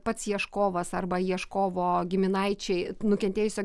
pats ieškovas arba ieškovo giminaičiai nukentėjusio